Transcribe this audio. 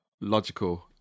logical